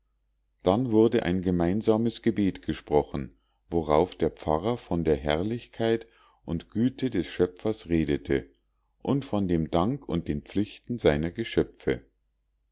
dann wurde ein gemeinsames gebet gesprochen worauf der priester von der herrlichkeit und güte des schöpfers redete und von dem dank und den pflichten seiner geschöpfe